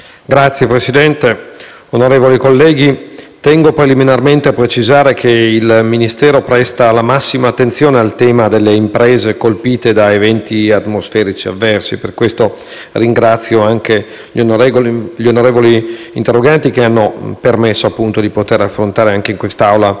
Signora Presidente, onorevoli colleghi, tengo preliminarmente a precisare che il Ministero presta la massima attenzione al tema delle imprese colpite da eventi atmosferici avversi. Per questo ringrazio gli onorevoli interroganti che hanno permesso di affrontare la tematica anche in quest'Aula.